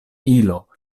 ilo